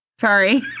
Sorry